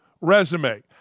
resume